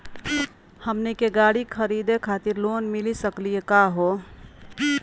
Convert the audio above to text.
हमनी के गाड़ी खरीदै खातिर लोन मिली सकली का हो?